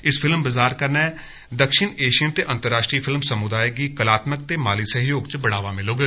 इस फिल्म बजार कन्नै दक्षिण ऐशिययण ते अंतरराश्ट्रीय फिल्म सम्दायें गी कलाकार ते माली सहयोग च बढ़ावा मिलौग